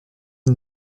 une